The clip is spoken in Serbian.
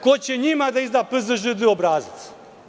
Ko će njima da izda PZŽD obrazac?